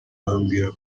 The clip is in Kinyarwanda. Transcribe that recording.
bambwira